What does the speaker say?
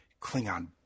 Klingon